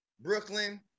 Brooklyn